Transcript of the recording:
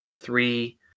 three